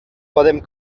podem